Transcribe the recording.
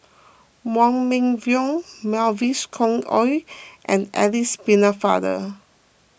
Wong Meng Voon Mavis Khoo Oei and Alice Pennefather